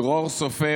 דרור סופר,